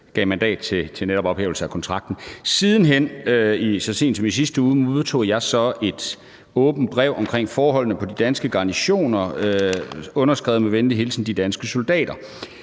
gav mandat til netop ophævelse af kontrakten. Sidenhen, så sent som i sidste uge, modtog jeg så et åbent brev omkring forholdene på de danske garnisoner underskrevet: Med venlig hilsen de danske soldater.